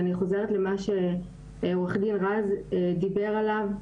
ואני חוזרת למה שעו"ד רז דיבר עליו: